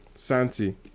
santi